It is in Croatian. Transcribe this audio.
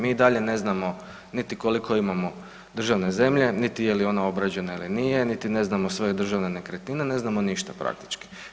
Mi i dalje ne znamo niti koliko imamo državne zemlje, niti je ona obrađena ili nije, niti ne znamo svoje državne nekretnine, ne znamo ništa praktički.